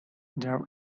there